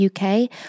UK